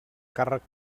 càrrec